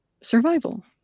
survival